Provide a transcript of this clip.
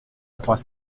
trois